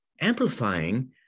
amplifying